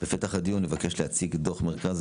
בפתח הדיון נבקש להציג את דוח מרכז